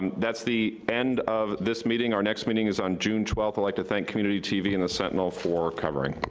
that's the end of this meeting. our next meeting is on june twelfth. i'd like to thank community tv and the sentinel for covering.